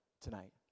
tonight